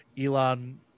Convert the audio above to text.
elon